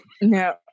No